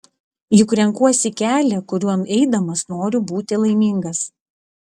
juk renkuosi kelią kuriuo eidamas noriu būti laimingas